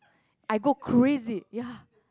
I go crazy ya